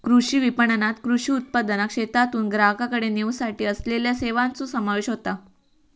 कृषी विपणणात कृषी उत्पादनाक शेतातून ग्राहकाकडे नेवसाठी असलेल्या सेवांचो समावेश होता